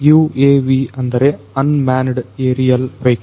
UAV ಅಂದರೆ unmanned aerial vehicle